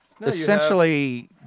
essentially